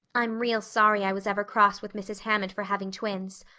i'm real sorry i was ever cross with mrs. hammond for having twins.